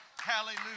hallelujah